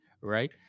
right